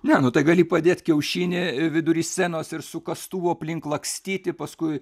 ne nu tai gali padėt kiaušinį vidury scenos ir su kastuvu aplink lakstyti paskui